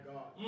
God